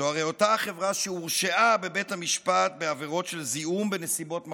זו הרי אותה חברה שהורשעה בבית המשפט בעבירות של זיהום בנסיבות מחמירות.